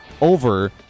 over